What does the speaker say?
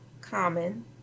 Common